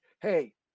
hey